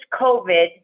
COVID